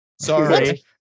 Sorry